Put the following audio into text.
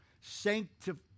sanctify